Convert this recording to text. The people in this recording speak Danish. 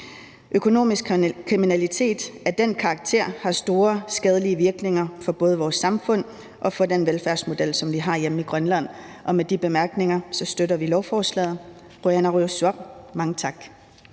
Økonomisk kriminalitet af den karakter har store skadelige virkninger for både vores samfund og for den velfærdsmodel, som vi har hjemme i Grønland. Med de bemærkninger støtter vi lovforslaget.